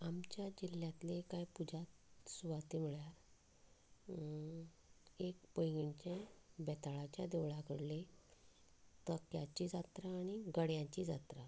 आमच्या जिल्ल्यांतली कांय पुजा सुवाती म्हळ्यार एक पैंगीणचें बेताळाच्या देवळा कडली तोक्याची जात्रा आनी गड्यांची जात्रा